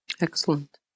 Excellent